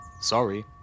Sorry